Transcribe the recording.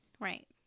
Right